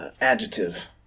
Adjective